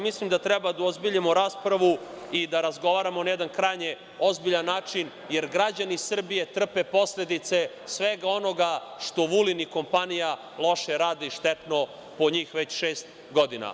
Mislim da treba da uozbiljimo raspravu i da razgovaramo na jedan krajnje ozbiljan način, jer građani Srbije trpe posledice svega onoga što Vulin i kompanija loše rade i štetno po njih već šest godina.